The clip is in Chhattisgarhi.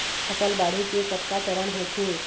फसल बाढ़े के कतका चरण होथे?